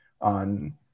on